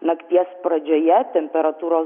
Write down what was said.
nakties pradžioje temperatūros